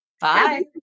Bye